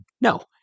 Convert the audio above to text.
No